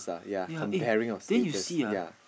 ya eh then you see ah